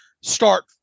start